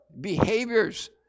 behaviors